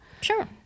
sure